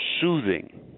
soothing